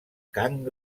cant